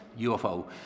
UFO